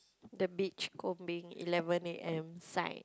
the beachcombing eleven A_M sign